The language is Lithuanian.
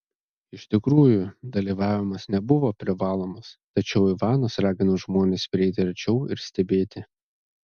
iš tikrųjų dalyvavimas nebuvo privalomas tačiau ivanas ragino žmones prieiti arčiau ir stebėti